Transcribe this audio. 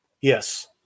Yes